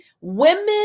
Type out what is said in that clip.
Women